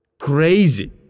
crazy